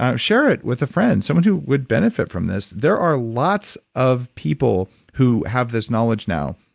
um share it with a friend, someone who would benefit from this. there are lots of people who have this knowledge now.